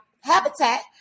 habitat